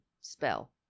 spell